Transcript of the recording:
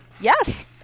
Yes